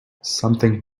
something